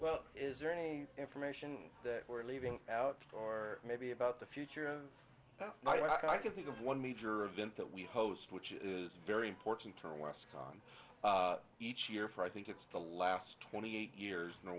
well is there any information that we're leaving out or maybe about the future of iraq i can think of one major event that we host which is very important turned on each year for i think it's the last twenty eight years in the